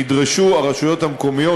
נדרשו הרשויות המקומיות,